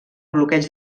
bloqueig